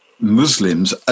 Muslims